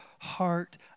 heart